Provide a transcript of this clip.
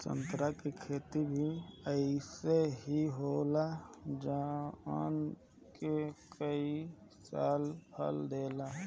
संतरा के खेती भी अइसे ही होला जवन के कई साल से फल देला